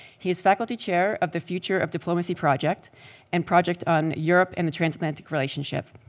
he is faculty chair of the future of diplomacy project and project on europe and the transatlantic relationship.